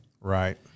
Right